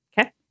Okay